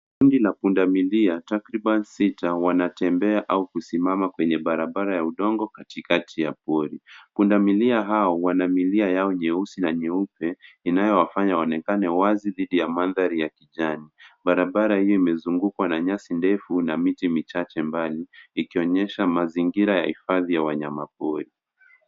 Kundi la punda milia takriban sita wanatembea au kusimama kwenye barabara ya udongo katikati ya pori. Pundamilia hao wana milia yao nyeusi na nyeupe inayowafanya waonekane wazi dhidi ya mandhari ya kijani. Barabara hii imezungukwa na nyasi ndefu na miti michache mbali inayoonyesha mazingira ya hifadhi ya wanyamapori .